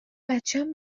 بچم